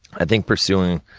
i think pursuing